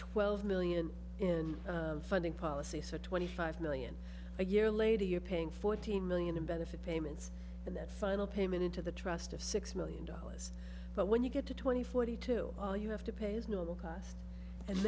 twelve million in funding policy so twenty five million a year later you're paying fourteen million in benefit payments and that final payment into the trust of six million dollars but when you get to twenty forty two all you have to pay is normal cost and